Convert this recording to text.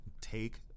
Take